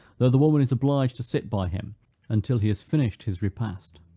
though the woman is obliged to sit by him until he has finished his repast.